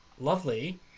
lovely